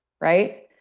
right